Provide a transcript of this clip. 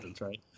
right